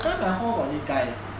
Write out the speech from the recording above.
that time my hall got this guy